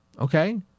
okay